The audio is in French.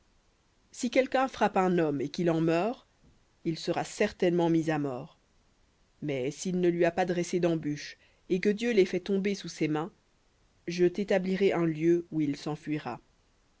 si quelqu'un frappe un homme et qu'il en meure il sera certainement mis à mort mais s'il ne lui a pas dressé d'embûche et que dieu l'ait fait tomber sous ses mains je t'établirai un lieu où il s'enfuira